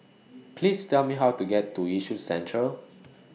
Please Tell Me How to get to Yishun Central